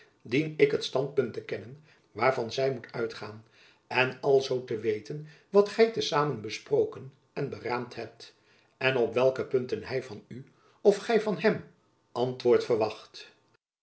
dien ik het standpunt te kennen waarvan zy moet uitgaan en alzoo te weten wat gy te samen besproken en beraamd hebt en op welke punten hy van u of gy van hem antwoord verwacht